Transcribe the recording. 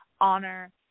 honor